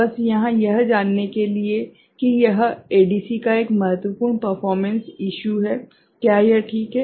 बस यहां यह जानने के लिए कि यह एडीसी का एक महत्वपूर्ण परफ़ोर्मेंस इशू है क्या यह ठीक है